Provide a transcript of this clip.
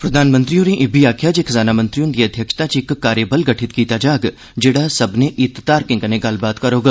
प्रधानमंत्री होरें इब्बी आक्खेआ जे खज़ाना मंत्री हुन्दी अध्यक्षता च इक कार्यबल गठित कीता जाग जेहड़ा सब्बने हितधारकें कन्नै गल्लबात करौग